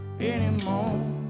anymore